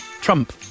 Trump